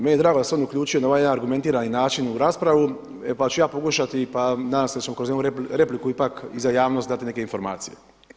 Meni je drago da se on uključio na ovaj jedan argumentirani način u raspravu pa ću ja pokušati pa nadam se da ćemo kroz jednu repliku ipak i za javnost dati neke informacije.